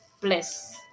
Bless